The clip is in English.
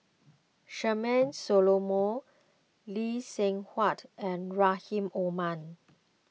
Charmaine Solomon Lee Seng Huat and Rahim Omar